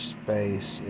space